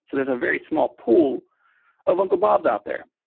so there's a very small pool of uncle bobs out there.